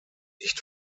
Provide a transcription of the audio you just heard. nicht